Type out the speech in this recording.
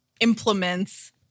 implements